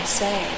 say